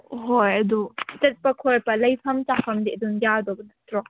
ꯍꯣꯏ ꯑꯗꯨ ꯆꯠꯄ ꯈꯣꯠꯄ ꯂꯩꯐꯝ ꯆꯥꯐꯝꯗꯤ ꯑꯗꯨꯝ ꯌꯥꯗꯧꯕ ꯅꯠꯇ꯭ꯔꯣ